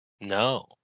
No